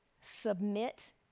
submit